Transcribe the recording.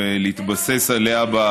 אתה לא צריך להגיד את זה לי,